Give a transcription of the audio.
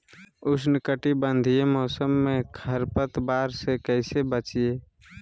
उष्णकटिबंधीय मौसम में खरपतवार से कैसे बचिये?